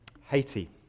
Haiti